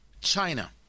China